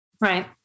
Right